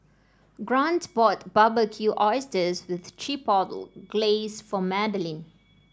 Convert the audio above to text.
Grant bought Barbecued Oysters with Chipotle Glaze for Madlyn